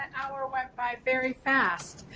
hour went by very fast.